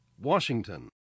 Washington